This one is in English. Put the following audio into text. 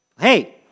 Hey